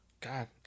god